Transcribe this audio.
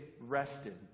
rested